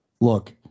Look